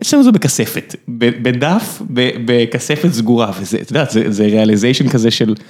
אצלנו זה בכספת, בדף בכספת סגורה, ואת יודעת זה ריאליזיישן כזה של...